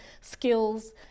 skills